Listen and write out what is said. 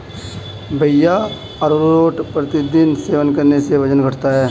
भैया अरारोट प्रतिदिन सेवन करने से वजन घटता है